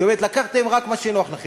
זאת אומרת, לקחתם רק מה שנוח לכם.